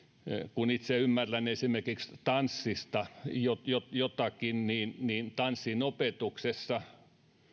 kun itse ymmärrän esimerkiksi tanssista jotakin niin niin tanssinopetuksessa